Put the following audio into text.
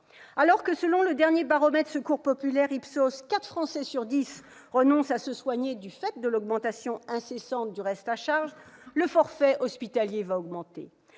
Alors que, selon le dernier baromètre Secours populaire français-IPSOS, quatre Français sur dix renoncent à se soigner du fait de l'augmentation incessante du reste à charge, le forfait hospitalier va augmenter